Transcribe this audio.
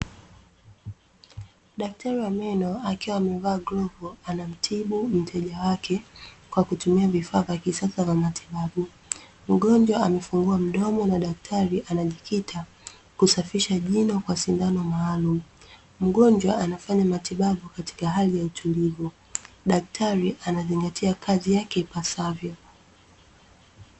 Daktari wa meno akiwa amevaa glovu anamtibu mteja wake kwa kutumia vifaa vya kisasa vya matibabu, mgonjwa amefungua mdomo na daktari anajikita kusafisha jino kwa sindano maalum. Mgonjwa anafanya matibabu katika hali ya utulivu, daktari anazingatia kazi yake ipasavyo.